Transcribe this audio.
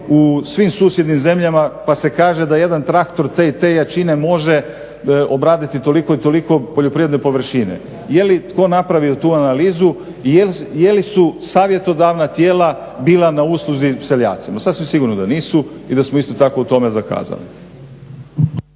u svim susjednim zemljama pa se kaže da jedan traktor te i te jačine može obraditi toliko i toliko poljoprivredne površine. Jeli tko napravio tu analizu i jeli su savjetodavna tijela bila na usluzi seljacima? Sasvim sigurno da nisu i da smo isto tako u tome zakazali.